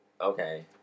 okay